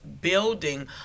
building